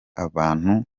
abantu